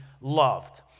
loved